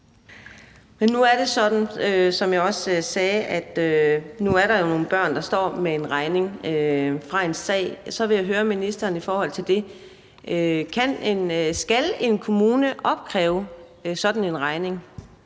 at der jo er nogle børn, der står med en regning fra en sag, og så vil jeg høre ministeren i forhold til det: Skal en kommune opkræve sådan en regning,